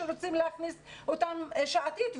שרוצים להכניס אותן לעבוד שעתית.